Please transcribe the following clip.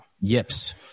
yips